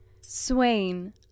Swain